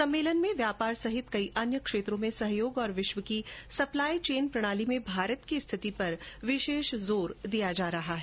सम्मेलन में व्यापार सहित कई क्षेत्रों में सहयोग और विश्व की सप्लाई चेन प्रणाली में भारत की स्थिति पर विशेष जोर दिया जा रहा है